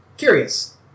Curious